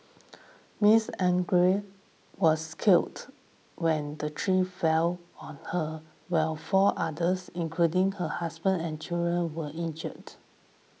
Miss Angara was killed when the tree fell on her while four others including her husband and children were injured